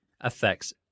affects